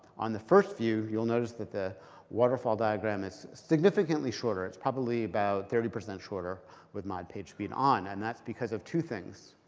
on the first view, you'll notice that the waterfall diagram is significantly shorter. it's probably about thirty percent shorter with mod pagespeed on. and that's because of two things.